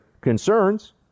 concerns